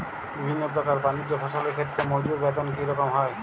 বিভিন্ন প্রকার বানিজ্য ফসলের ক্ষেত্রে মজুর বেতন কী রকম হয়?